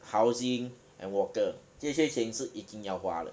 housing and water 这些钱是一定要花的